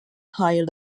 higher